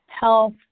health